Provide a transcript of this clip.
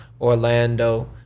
Orlando